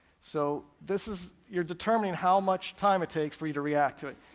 so this is, you're determining how much time it takes for you to react to it.